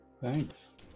Thanks